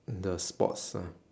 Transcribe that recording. the sports ah